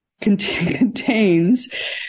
contains